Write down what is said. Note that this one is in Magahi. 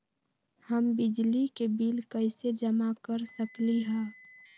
हम बिजली के बिल कईसे जमा कर सकली ह?